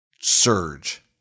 surge